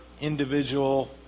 individual